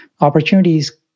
Opportunities